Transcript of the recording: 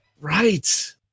Right